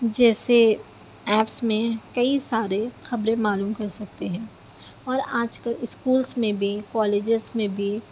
جیسے ایپس میں کئی سارے خبریں معلوم کر سکتے ہیں اور آج کل اسکولس میں بھی کالجز میں بھی